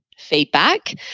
feedback